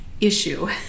issue